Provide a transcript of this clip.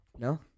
no